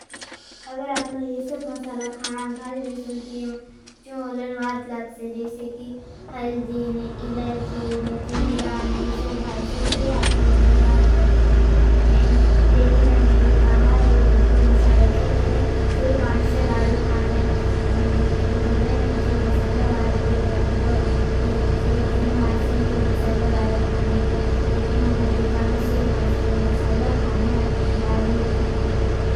अगर आपने ये सब मसाला खाना खाड लेसे। ती हून चुम उलन वारत लाक्से। जैसे कि हल्दी लेइशी टू घिरा एने यीसब घालेशन ती है लन वारतू लाक्से। लेसे ती थो हिड़ान अमेरीका इन कोकोमसाला छे। सुप मांट्से वारू खाणे कुरे ने चु। मसालो और पी लागेको आएंटीन मांटसे इंचो मसालो वारू। खाणेको एटिन अमेरिका मां सूप मांटसे इंचो मसालो खाणे वारू।